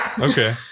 Okay